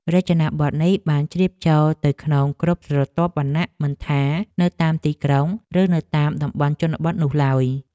រចនាប័ទ្មនេះបានជ្រាបចូលទៅក្នុងគ្រប់ស្រទាប់វណ្ណៈមិនថា នៅតាមទីក្រុងឬនៅតាមតំបន់ជនបទនោះឡើយ។